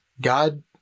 God